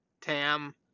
Tam